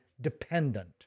dependent